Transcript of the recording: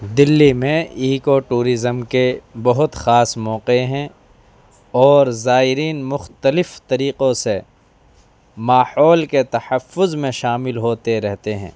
دہلی میں eco tourism کے بہت خاص موقعے ہیں اور زائرین مختلف طریقوں سے ماحول کے تحفظ میں شامل ہوتے رہتے ہیں